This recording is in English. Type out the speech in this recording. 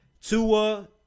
Tua